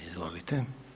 Izvolite.